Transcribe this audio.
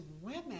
women